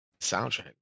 soundtrack